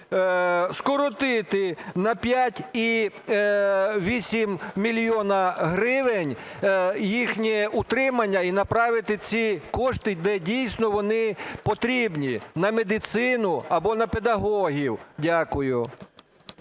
скоротити на 5,8 мільйона гривень їхнє утримання і направити ці кошти, де дійсно вони потрібні, на медицину або на педагогів. Дякую.